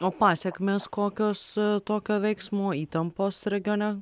o pasekmės kokios tokio veiksmo įtampos regione